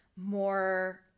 more